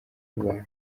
bubaye